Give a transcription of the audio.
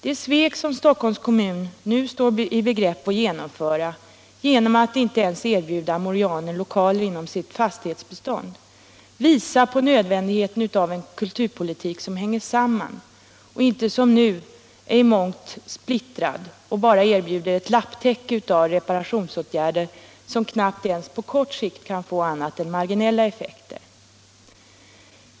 Det svek som Stockholms kommun nu står i begrepp att begå genom att inte ens erbjuda Morianen lokaler inom sitt fastighetsbestånd visar på nödvändigheten av en kulturpolitik som hänger samman och som inte — såsom nu är fallet — i mångt är splittrad och bara erbjuder ett lapptäcke av reparationsåtgärder, som knappt ens på kort sikt kan få annat än marginella effekter.